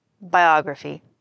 biography